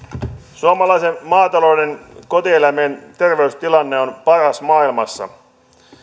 suomalaisen maatalouden kotieläimien terveystilanne on paras maailmassa